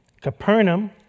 Capernaum